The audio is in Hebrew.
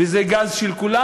וזה גז של כולם,